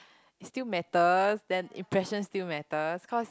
it still matters then impression still matters cause